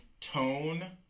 tone